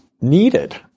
needed